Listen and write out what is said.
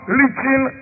reaching